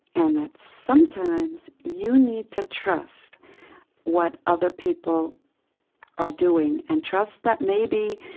and that sometimes you need to trust what other people are doing and trust that maybe